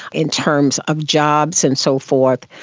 in terms of jobs and so forth.